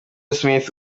smith